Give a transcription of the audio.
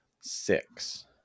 six